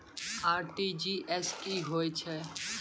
RTGS की होय छै?